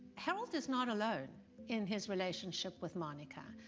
harold is not alone in his relationship with monica.